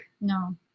No